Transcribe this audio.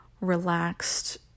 relaxed